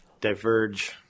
Diverge